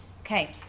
Okay